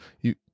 you-